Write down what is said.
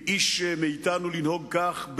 לאיש מאתנו לנהוג כך,